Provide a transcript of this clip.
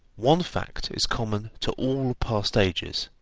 one fact is common to all past ages,